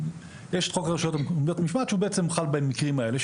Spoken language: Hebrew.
חוק רשויות מקומיות (משמעת) חל במקרים האלה.